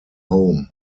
home